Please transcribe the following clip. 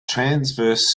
transverse